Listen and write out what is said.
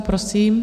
Prosím.